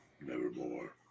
Nevermore